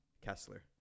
Kessler